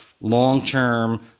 long-term